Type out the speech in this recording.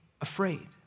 afraid